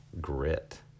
grit